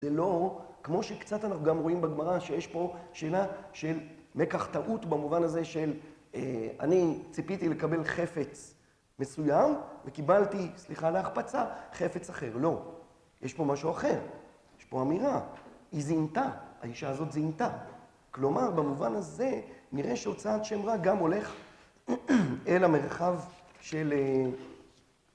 זה לא, כמו שקצת אנחנו גם רואים בגמרא, שיש פה שאלה של מקח טעות במובן הזה של אני ציפיתי לקבל חפץ מסוים וקיבלתי, סליחה על ההחפצה, חפץ אחר. לא. יש פה משהו אחר. יש פה אמירה. היא זינתה. האישה הזאת זינתה. כלומר, במובן הזה נראה שהוצאת שם רע גם הולכת אל המרחב של...